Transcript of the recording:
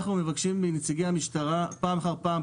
אנחנו מבקשים מנציגי המשטרה פעם אחר פעם,